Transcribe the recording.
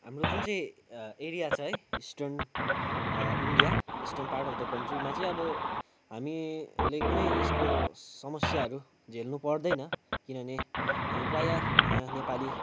हाम्रो जुन चाहिँ एरिया छ है eastern India eastern part of the कन्ट्रीमा चाहिँ अब हामीले कुनै यसको समस्याहरू झेल्नु पर्दैन किनभने हामी प्रायः यहाँ नेपाली